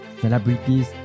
celebrities